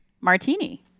Martini